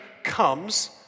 comes